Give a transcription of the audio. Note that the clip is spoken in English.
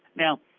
now,